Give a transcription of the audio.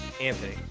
Anthony